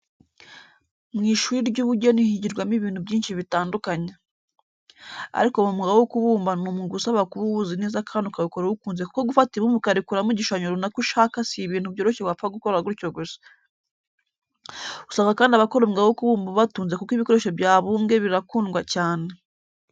Mu ishuri ry'ubugeni higirwamo ibintu byinshi bitandukanye. Ariko mu mwuga wo kubumba ni umwuga usaba kuba uwuzi neza kandi ukawukora uwukunze kuko gufata ibumba ukarikuramo igishushanyo runaka ushaka si ibintu byoroshye wapfa gukora gutyo gusa. Usanga kandi abakora umwuga wo kubumba ubatunze kuko ibikoresho byabumbwe birakundwa cyane.